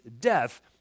death